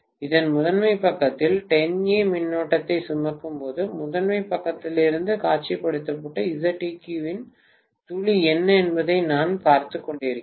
இது முதன்மை பக்கத்தில் 10 A மின்னோட்டத்தை சுமக்கும்போது முதன்மை பக்கத்திலிருந்து காட்சிப்படுத்தப்பட்ட Zeq இன் துளி என்ன என்பதை நான் பார்த்துக் கொண்டிருக்கிறேன்